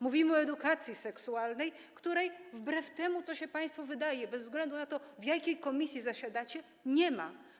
Mówimy o edukacji seksualnej, której wbrew temu, co się państwu wydaje, bez względu na to, w jakiej komisji zasiadacie, nie ma.